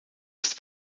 ist